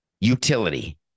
Utility